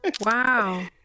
Wow